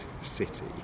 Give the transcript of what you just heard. city